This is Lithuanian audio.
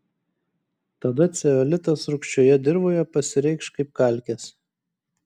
tada ceolitas rūgščioje dirvoje pasireikš kaip kalkės